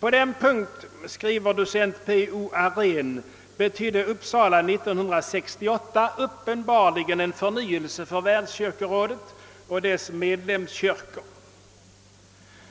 På denna punkt, skriver docent P. O. Ahrén, betydde Uppsala 68 uppenbarligen en förnyelse för världskyrkorådet och dess medlemskyrkor.